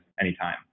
anytime